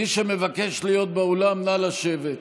מי שמבקש להיות באולם, נא לשבת.